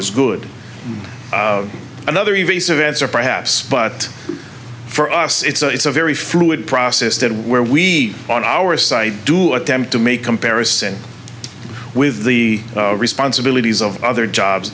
is good another evasive answer perhaps but for us it's a very fluid process that where we on our side do attempt to make comparison with the responsibilities of other jobs